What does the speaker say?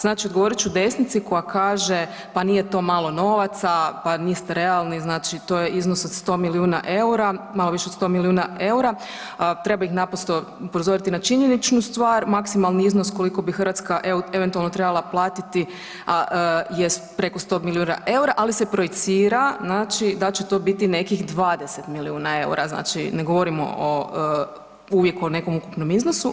Znači odgovorit ću desnici koja kaže, pa nije to malo novaca, pa niste realni, znači to je iznos od 100 milijuna EUR-a, malo više od 100 milijuna EUR-a, treba ih naprosto upozoriti na činjeničnu stvar, maksimalni iznos koliko bi Hrvatska eventualno trebala platiti jest preko 100 milijuna EUR-a, ali se projicira znači da će to biti nekih 20 milijuna EUR-a, znači ne govorimo o, uvijek o nekom ukupnom iznosu.